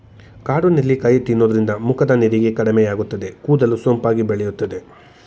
ಕಾಡು ನೆಲ್ಲಿಕಾಯಿ ತಿನ್ನೋದ್ರಿಂದ ಮುಖದ ನೆರಿಗೆ ಕಡಿಮೆಯಾಗುತ್ತದೆ, ಕೂದಲು ಸೊಂಪಾಗಿ ಬೆಳೆಯುತ್ತದೆ